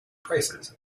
prices